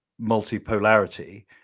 multipolarity